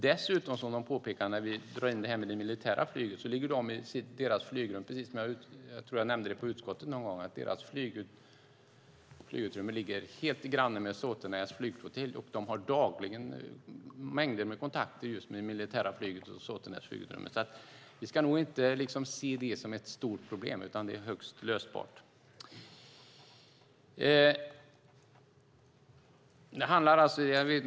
Dessutom - vilket de påpekade och apropå det här med det militära flyget - ligger deras flygutrymme granne med Sotenäs flygflottilj. Jag tror att jag nämnde det i utskottet någon gång. De har dagligen mängder av kontakter med det militära flyget och Sotenäs. Vi ska nog alltså inte se det som ett stort problem, utan det är högst möjligt att lösa.